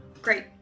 Great